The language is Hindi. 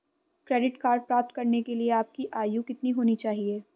क्रेडिट कार्ड प्राप्त करने के लिए आपकी आयु कितनी होनी चाहिए?